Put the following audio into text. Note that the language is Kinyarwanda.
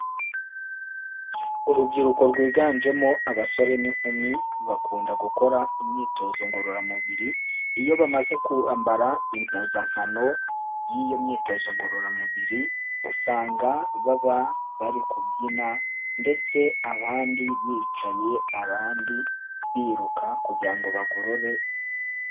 Urubyiruko rwiganjemo abasore n'inkumi bakunda gukora imyitozo ngororamubiri, iyo bamaze kwambara impuzankano y'iyo myitozo ngororamubiri, usanga baba bari kubyina ndetse abandi bicaye, abandi biruka kugira ngo bagorore umubiri.